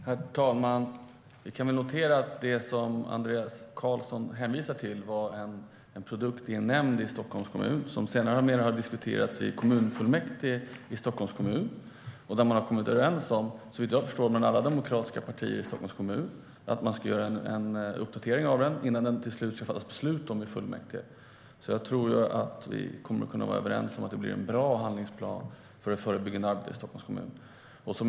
Herr talman! Vi kan väl notera att det som Andreas Carlson hänvisar till är en produkt av en nämnd i Stockholms kommun som sedermera har diskuterats i kommunfullmäktige i Stockholms kommun. Såvitt jag förstår har alla demokratiska partier i Stockholms kommun kommit överens om att göra en uppdatering av handlingsplanen innan man till slut ska fatta beslut om den i fullmäktige. Jag tror alltså att det blir en handlingsplan för det förebyggande arbetet i Stockholms kommun som vi kommer att vara överens om är bra.